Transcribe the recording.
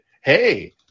hey